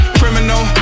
criminal